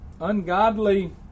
ungodly